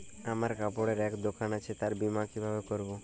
আমার কাপড়ের এক দোকান আছে তার বীমা কিভাবে করবো?